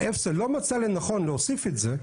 ו-אפס"ה לא מצאה לנכון להוסיף את זה,